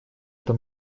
это